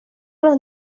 los